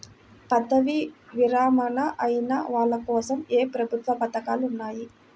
పదవీ విరమణ అయిన వాళ్లకోసం ఏ ప్రభుత్వ పథకాలు ఉన్నాయి?